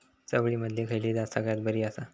चवळीमधली खयली जात सगळ्यात बरी आसा?